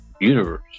universe